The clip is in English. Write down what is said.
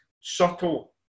subtle